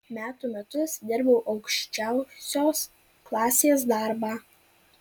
metų metus dirbau aukščiausios klasės darbą